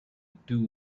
too